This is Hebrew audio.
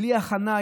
בלי הכנה.